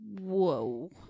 Whoa